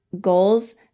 goals